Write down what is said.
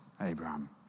Abraham